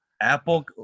apple